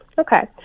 Okay